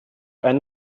einen